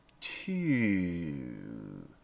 Two